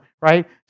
right